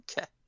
Okay